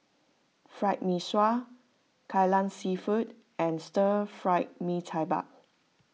Fried Mee Sua Kai Lan Seafood and Stir Fried Mee Tai Mak